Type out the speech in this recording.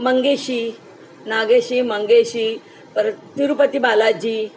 मंगेशी नागेशी मंगेशी परत तिरुपती बालाजी